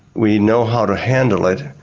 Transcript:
we know how to handle it,